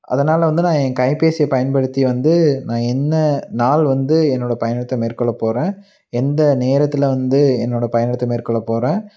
அதனால் வந்து நான் என் கைபேசியை பயன்படுத்தி வந்து நான் என்ன நாள் வந்து என்னோடய பயணத்தை மேற்கொள்ள போகிறேன் எந்த நேரத்தில் வந்து என்னோடய பயணத்தை மேற்கொள்ள போகிறேன்